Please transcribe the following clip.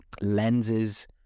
lenses